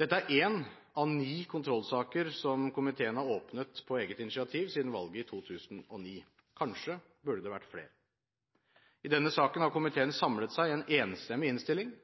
Dette er én av ni kontrollsaker som komiteen har åpnet på eget initiativ siden valget i 2009. Kanskje burde det ha vært flere. I denne krevende saken har komiteen samlet seg i en enstemmig innstilling.